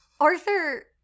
Arthur